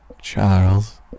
Charles